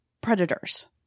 predators